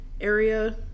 area